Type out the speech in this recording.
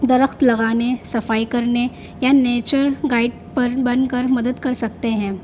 درخت لگانے صفائی کرنے یا نیچر گائیڈ پر بن کر مدد کر سکتے ہیں